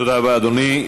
תודה רבה, אדוני.